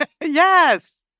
Yes